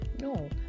No